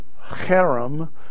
harem